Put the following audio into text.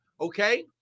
Okay